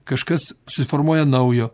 kažkas susiformuoja naujo